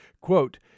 Quote